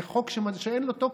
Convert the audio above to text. זה חוק שאין לו תוקף.